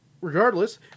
regardless